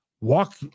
Walk